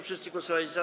Wszyscy głosowali za.